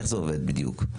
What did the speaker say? איך זה עובד בדיוק?